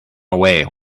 away